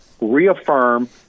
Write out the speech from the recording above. reaffirm